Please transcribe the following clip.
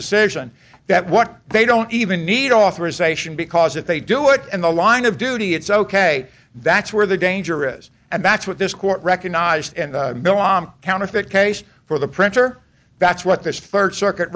decision that what they don't even need authorization because if they do it and the line of duty it's ok that's where they're dangerous and that's what this court recognized and milam counterfeit case for the printer that's what this third circuit